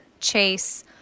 chase